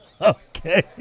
Okay